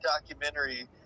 documentary